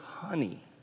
Honey